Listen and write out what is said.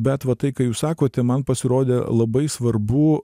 bet va tai ką jūs sakote man pasirodė labai svarbu